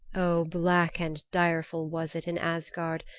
oh, black and direful was it in asgard,